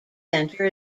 center